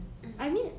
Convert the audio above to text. mm